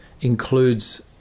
includes